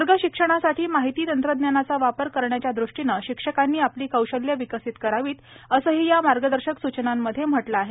वर्ग शिक्षणासाठी माहिती तंत्रज्ञानाचा वापर करण्याच्या दृष्टीनं शिक्षकांनी आपली कौशल्यं विकसित करावीत असंही या मार्गदर्शक सूचनांमधे म्हटलं आहे